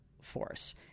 force